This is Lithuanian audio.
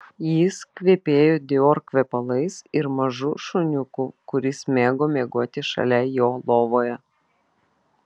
jis kvepėjo dior kvepalais ir mažu šuniuku kuris mėgo miegoti šalia jo lovoje